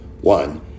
One